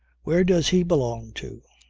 where does he belong to?